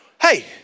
Hey